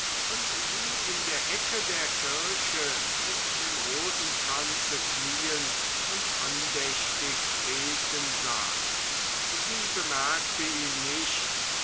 und sie in der ecke der kirche mit dem rosenkranze knien und andächtig beten sah sie bemerkte ihn nicht